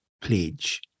pledge